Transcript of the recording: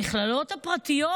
המכללות הפרטיות,